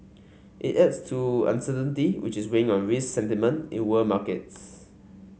it adds to uncertainty which is weighing on risk sentiment in world markets